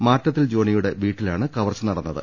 മാറ്റത്തിൽ ജോണിയുടെ വീട്ടിലാണ് കവർച്ച നടന്നത്